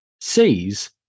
sees